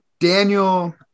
Daniel